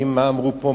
מה אמרו פה,